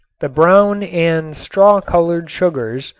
the brown and straw-colored sugars,